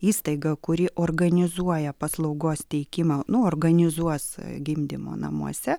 įstaiga kuri organizuoja paslaugos teikimą nu organizuos gimdymo namuose